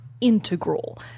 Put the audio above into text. integral